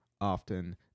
often